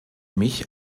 mich